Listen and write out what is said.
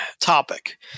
topic